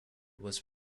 was